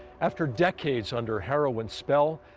after decades under heroin's spell,